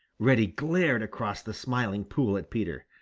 reddy glared across the smiling pool at peter.